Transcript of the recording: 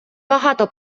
багато